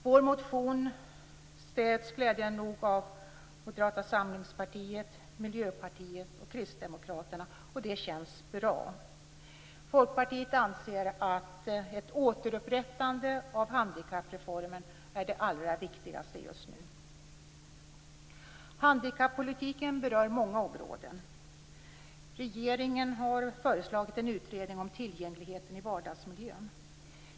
Vår motion stöds glädjande nog av Moderata samlingspartiet, Miljöpartiet och Kristdemokraterna, och det känns bra. Folkpartiet anser att ett återupprättande av handikappreformen är det allra viktigaste just nu. Handikappolitiken berör många områden. Regeringen har föreslagit en utredning om tillgängligheten i vardagsmiljön.